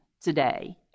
today